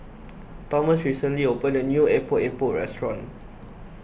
Tomas recently opened a new Epok Epok restaurant